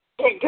good